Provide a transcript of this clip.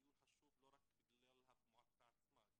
שהדיון חשוב לא רק בגלל המועצה עצמה.